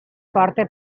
forte